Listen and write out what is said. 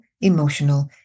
emotional